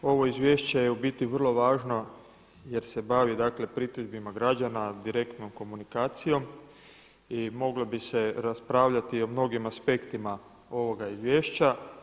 Ovo izvješće je u biti vrlo važno jer se bavi, dakle pritužbama građana direktnom komunikacijom i moglo bi se raspravljati o mnogim aspektima ovoga izvješća.